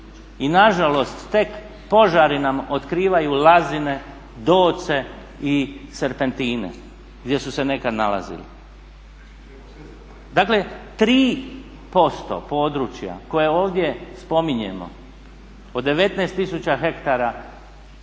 i nažalost tek požari nam otkrivaju lazine, doce i serpentine gdje su se nekad nalazili. Dakle 3% područja koje ovdje spominjemo od 19 000 hektara